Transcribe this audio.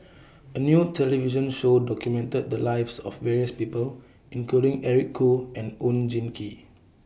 A New television Show documented The Lives of various People including Eric Khoo and Oon Jin Gee